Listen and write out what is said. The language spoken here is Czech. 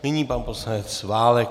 Nyní pan poslanec Válek.